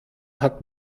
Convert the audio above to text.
hat